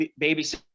babysit